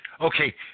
okay